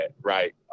right